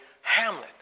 Hamlet